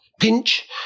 Pinch